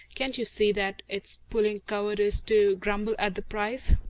can't you see that it's puling cowardice to grumble at the price?